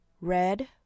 Red